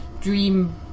dream